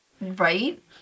Right